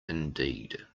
indeed